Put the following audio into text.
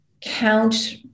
count